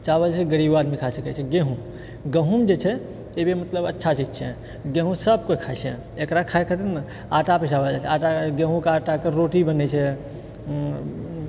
चावल जे छै गरीब आदमी खा सकै छै गेहूँ गहुँम जे छै ई भी मतलब अच्छा चीज छै गेहूँ सभ का केओ खाइ छै एकरा खाइ खातिर ने आटा पिसाओल जाइ छै आटा गेहूँके आटाकेँ रोटी बनै छै